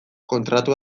kontratu